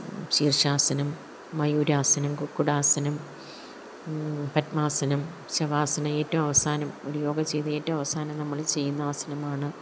ശീർഷാസനം മയൂരാസനം കുക്കുടാസനം പത്മാസനം ശവാസനം ഏറ്റവും അവസാനം ഒരു യോഗ ചെയ്ത് ഏറ്റവും അവസാനം നമ്മൾ ചെയ്യുന്ന ആസനമാണ്